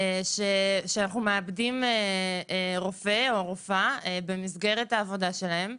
כשאנחנו מאבדים רופא או רופאה במסגרת העבודה שלהם.